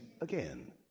again